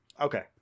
okay